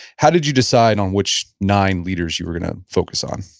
how did you decide on which nine leaders you were going to focus on?